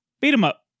beat-em-up